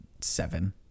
seven